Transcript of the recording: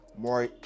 more